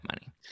money